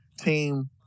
team